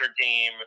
game